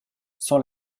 sans